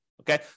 Okay